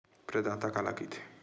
प्रदाता काला कइथे?